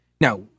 now